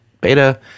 beta